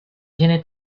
viene